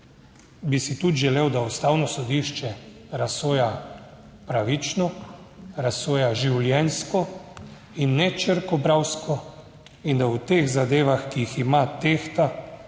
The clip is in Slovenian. bi si tudi želel, da Ustavno sodišče razsoja pravično, razsoja življenjsko in ne črkobralsko in da v teh zadevah, ki jih ima, tehta